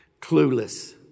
clueless